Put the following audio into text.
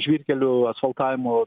žvyrkelių asfaltavimo